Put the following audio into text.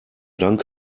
dank